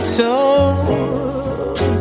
told